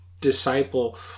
disciple